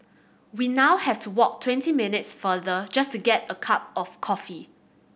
we now have to walk twenty minutes farther just to get a cup of coffee